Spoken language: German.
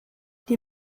die